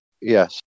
Yes